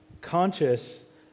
conscious